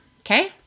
Okay